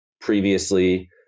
Previously